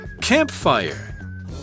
Campfire